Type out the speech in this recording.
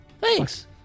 Thanks